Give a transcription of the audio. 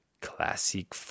classic